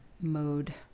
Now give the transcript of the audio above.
mode